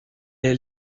est